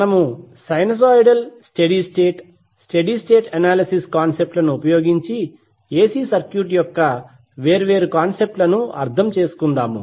మనము sinusoidal steady state state analysis concept లను ఉపయోగించి ఎసి సర్క్యూట్ యొక్క వేర్వేరు కాన్సెప్ట్ లను అర్థం చేసుకుందాము